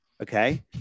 Okay